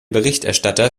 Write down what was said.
berichterstatter